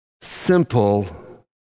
simple